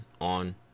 on